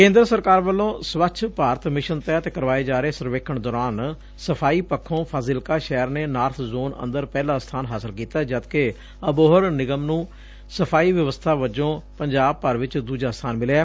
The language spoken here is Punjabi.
ਕੇਦਰ ਸਰਕਾਰ ਵੱਲੋ ਸਵੱਛ ਭਾਰਤ ਮਿਸ਼ਨ ਤਹਿਤ ਕਰਵਾਏ ਜਾ ਰਹੇ ਸਰਵੇਖਣ ਦੌਰਾਨ ਸਫ਼ਾਈ ਪੱਖੋ ਫਾਜ਼ਿਲਕਾ ਸ਼ਹਿਰ ਨੇ ਨਾਰਥ ਜੋਨ ਔਦਰ ਪਹਿਲਾ ਸਬਾਨ ਹਾਸਿਲ ਕੀਤੈ ਜਦਕਿ ਅਬੋਹਰ ਨਿਗਮ ਨੂੰ ਸਫ਼ਾਈ ਵਿਵਸਬਾ ਵੱਜੋ ਪੰਜਾਬ ਭਰ ਚ ਦੁਜਾ ਸਬਾਨ ਮਿਲਿਐ